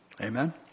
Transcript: Amen